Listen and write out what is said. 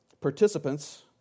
participants